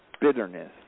bitterness